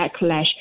backlash